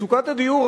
מצוקת הדיור,